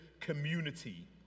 community